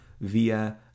via